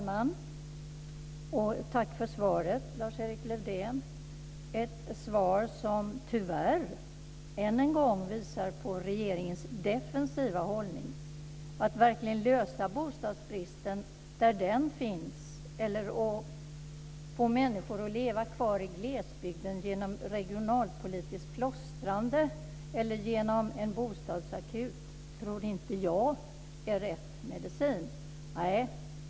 Fru talman! Tack för svaret, Lars-Erik Lövdén. Det är ett svar som tyvärr än en gång visar regeringens defensiva hållning. Jag tror inte att regionalpolitiskt plåstrande eller en bostadsakut är rätt medicin för att verkligen lösa bostadsbristen där den finns eller för att få människor att leva kvar i glesbygden.